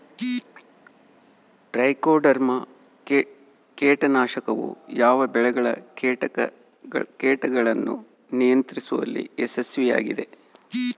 Trichoderma ಕೇಟನಾಶಕವು ಯಾವ ಬೆಳೆಗಳ ಕೇಟಗಳನ್ನು ನಿಯಂತ್ರಿಸುವಲ್ಲಿ ಯಶಸ್ವಿಯಾಗಿದೆ?